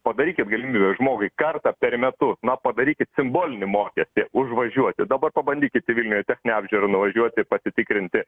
padarykit galimybę žmogui kartą per metus na padarykit simbolinį mokestį užvažiuoti dabar pabandykit į vilniuje techninę apžiūrą nuvažiuoti ir pasitikrinti